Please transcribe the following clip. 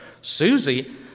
Susie